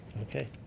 Okay